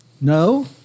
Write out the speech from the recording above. no